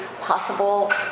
possible